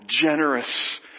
generous